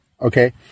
Okay